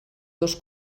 dos